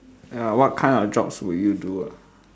ya what kind of jobs would you do ah